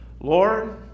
Lord